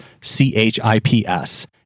C-H-I-P-S